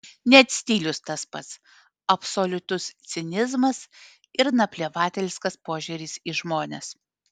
net stilius tas pats absoliutus cinizmas ir naplevatelskas požiūris į žmones